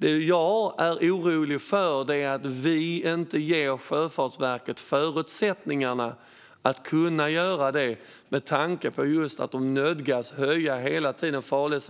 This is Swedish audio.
Det jag är orolig över är att vi inte ger Sjöfartsverket förutsättningarna att göra det, med tanke på att de hela tiden nödgas höja farleds